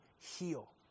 heal